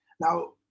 Now